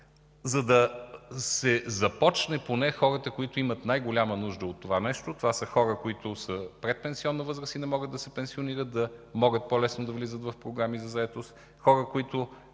за да се започне –поне хората, които имат най-голяма нужда от това нещо, това са хора в предпенсионна възраст и не могат да се пенсионират, да могат по-лесно да влизат в програми за заетост; хора, които